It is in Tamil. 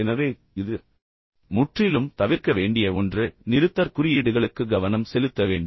எனவே இது நீங்கள் முற்றிலும் தவிர்க்க வேண்டிய ஒன்று மற்றும் நிறுத்தற்குறியீடுகளுக்கு கவனம் செலுத்த வேண்டும்